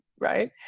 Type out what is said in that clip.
right